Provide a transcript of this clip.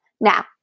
Now